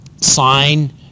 sign